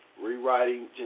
rewriting